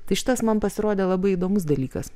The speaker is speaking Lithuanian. tai šitas man pasirodė labai įdomus dalykas